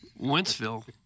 Wentzville